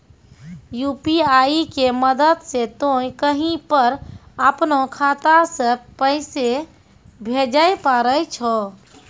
UPI के मदद से तोय कहीं पर अपनो खाता से पैसे भेजै पारै छौ